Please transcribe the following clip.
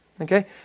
Okay